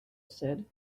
said